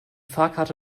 fahrkarte